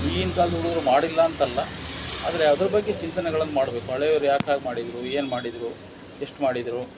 ಈಗಿನ ಕಾಲ್ದ ಹುಡುಗರು ಮಾಡಿಲ್ಲ ಅಂತ ಅಲ್ಲ ಆದರೆ ಅದ್ರ ಬಗ್ಗೆ ಚಿಂತನೆಗಳನ್ನು ಮಾಡಬೇಕು ಹಳೆಯವ್ರು ಯಾಕಾಗಿ ಮಾಡಿದರು ಏನು ಮಾಡಿದರು ಎಷ್ಟು ಮಾಡಿದರು